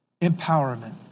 empowerment